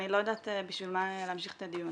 אני לא יודעת בשביל מה להמשיך את הדיון,